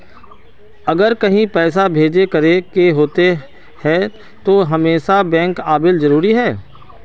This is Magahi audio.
अगर कहीं पैसा भेजे करे के होते है तो हमेशा बैंक आबेले जरूरी है?